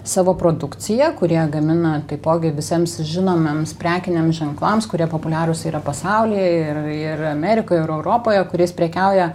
savo produkciją kurie gamina taipogi visiems žinomiems prekiniam ženklams kurie populiarūs yra pasaulyje ir ir amerikoje ir europoje kuriais prekiauja